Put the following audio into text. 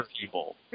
people